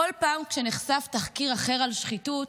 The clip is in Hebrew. בכל פעם שנחשף תחקיר אחר על שחיתות,